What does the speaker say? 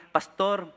Pastor